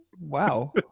Wow